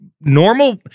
Normal